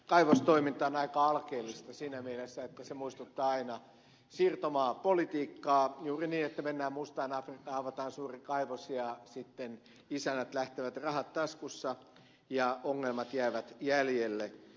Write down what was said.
kaivostoiminta on aika alkeellista siinä mielessä että se muistuttaa aina siirtomaapolitiikkaa juuri niin että mennään mustaan afrikkaan avataan suuri kaivos ja sitten isännät lähtevät rahat taskussa ja ongelmat jäävät jäljelle